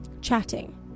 chatting